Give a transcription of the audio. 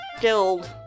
guild